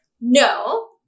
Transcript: no